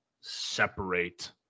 separate